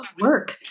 work